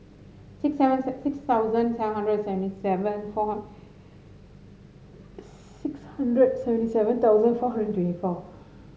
six seventh six thousand seven hundred and seventy seven four six hundred seventy seven thousand four hundred and twenty four